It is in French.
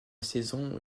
saison